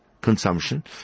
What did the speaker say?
Consumption